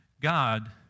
God